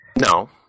No